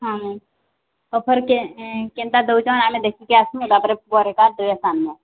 ହଁ ma'am offer କେନ୍ତା ଦେଉଛନ୍ ଆମେ ଦେଖିକି ଆସ୍ମୁ ତା'ପ୍ରେ ପରେକା ଡ୍ରେସ୍ ଆନ୍ମୁ